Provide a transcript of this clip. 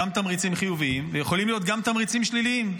גם תמריצים חיוביים ויכולים להיות גם תמריצים שליליים,